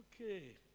Okay